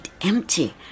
empty